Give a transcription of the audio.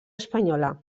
espanyola